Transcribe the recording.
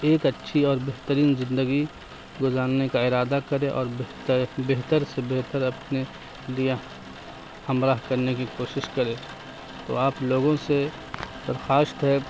ایک اچھی اور بہترین زندگی گزارنے کا ارادہ کرین اور بہتر سے بہتر اپنے لیے ہمراہ کرنے کی کوشش کریں تو آپ لوگوں سے درخواست ہے